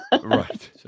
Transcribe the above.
Right